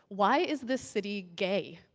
why is this city gay?